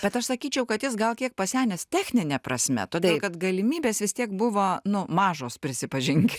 bet aš sakyčiau kad jis gal kiek pasenęs technine prasme todėl kad galimybės vis tiek buvo nu mažos prisipažink